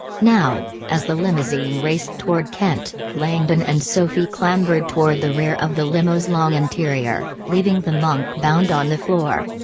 now, as the limousine raced toward kent, langdon and sophie clambered toward the rear of the limo's long interior, leaving the monk bound on the floor.